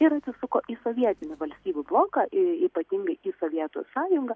ir atsisuko į sovietinių valstybių bloką ypatingai į sovietų sąjungą